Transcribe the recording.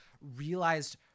realized